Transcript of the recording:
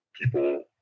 people